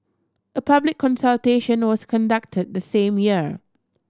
a public consultation was conducted the same year